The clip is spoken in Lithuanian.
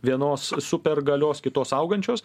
vienos supergalios kitos augančios